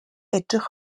edrych